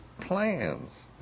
plans